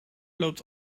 loopt